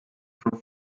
from